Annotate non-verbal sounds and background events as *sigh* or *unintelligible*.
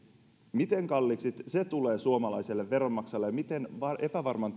miten kalliiksi se tulee suomalaiselle veronmaksajalle ja miten epävarman *unintelligible*